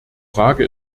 frage